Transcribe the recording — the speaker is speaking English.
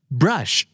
brush